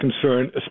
concern